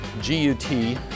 G-U-T